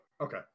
okay